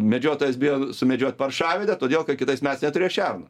medžiotojas bijo sumedžiot paršavedę todėl ka kitais mes neturės šerno